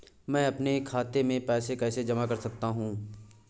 मैं अपने खाते में पैसे कैसे जमा कर सकता हूँ?